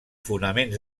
fonaments